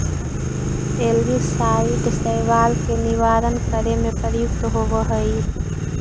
algicide शैवाल के निवारण करे में प्रयुक्त होवऽ हई